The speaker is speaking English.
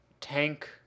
tank